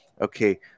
Okay